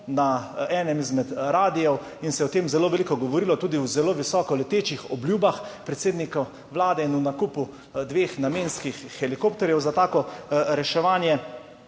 na enem izmed radie in se je o tem zelo veliko govorilo, tudi o zelo visoko letečih obljubah predsednika Vlade in o nakupu dveh namenskih helikopterjev za tako reševanje.